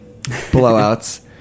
blowouts